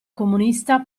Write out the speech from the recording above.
comunista